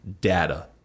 data